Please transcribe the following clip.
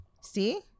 see